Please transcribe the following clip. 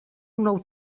nou